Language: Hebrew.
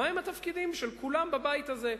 מהם התפקידים של כולם בבית הזה,